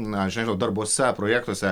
na aš nežinau darbuose projektuose